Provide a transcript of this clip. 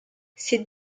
ces